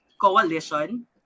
coalition